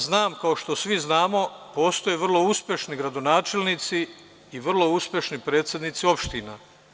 Znam, kao što svi znamo, postoje vrlo uspešni gradonačelnici i vrlo uspešni predsednici opština.